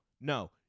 no